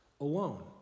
alone